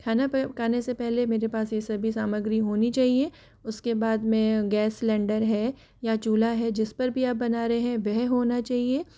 खाना पकाने से पहले मेरे पास यह सभी सामग्री होनी चाहिए उसके बाद में गैस सिलेंडर है या चुल्हा है जिस पर भी आप बना रहे है वह होना चाहिए